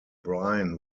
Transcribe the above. brian